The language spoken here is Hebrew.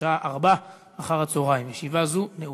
בשעה 16:00. ישיבה זו נעולה.